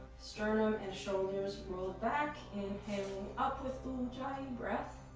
sternum and shoulders rolled back. inhaling up with ujjayi breath